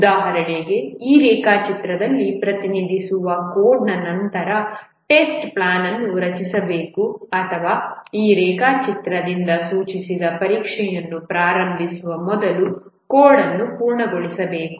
ಉದಾಹರಣೆಗೆ ಈ ರೇಖಾಚಿತ್ರದಲ್ಲಿ ಪ್ರತಿನಿಧಿಸದ ಕೋಡ್ನ ನಂತರ ಟೆಸ್ಟ್ ಪ್ಲಾನ್ ಅನ್ನು ರಚಿಸಬೇಕು ಅಥವಾ ಈ ರೇಖಾಚಿತ್ರದಿಂದ ಸೂಚಿಸದ ಪರೀಕ್ಷೆಯನ್ನು ಪ್ರಾರಂಭಿಸುವ ಮೊದಲು ಕೋಡ್ ಪೂರ್ಣಗೊಳಿಸಬೇಕು